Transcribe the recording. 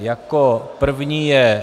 Jako první je...